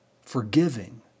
forgiving